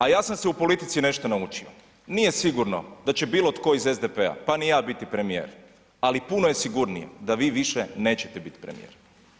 A ja sam se u politici nešto naučio, nije sigurno da će bilo tko iz SDP-a pa ni ja biti premijer ali puno je sigurnije da vi više nećete biti premijer.